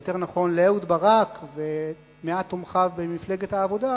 יותר נכון לאהוד ברק ומעט תומכיו במפלגת העבודה,